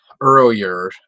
earlier